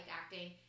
acting